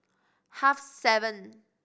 half seven